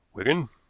wigan,